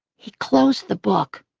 he closed the book,